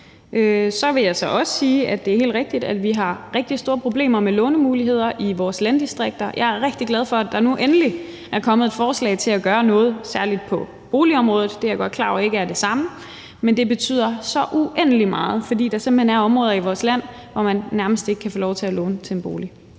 Så vil jeg så også sige, at det er helt rigtigt, at vi har rigtig store problemer med lånemuligheder i vores landdistrikter. Jeg er rigtig glad for, at der nu endelig er kommet et forslag til at gøre noget særlig på boligområdet. Det er jeg godt klar over ikke er det samme, men det betyder så uendelig meget, for der er simpelt hen områder i vores land, hvor man nærmest ikke kan få lov til at låne til en bolig.